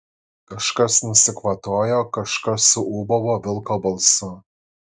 kažkas nusikvatojo kažkas suūbavo vilko balsu